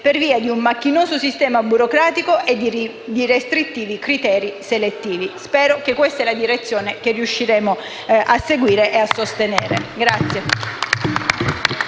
per via di un macchinoso sistema burocratico e di restrittivi criteri selettivi. Spero che questa sia la direzione che riusciremo a seguire e a sostenere.